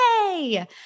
yay